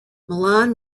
milan